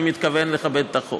וכמובן, אני מתכוון לכבד את החוק.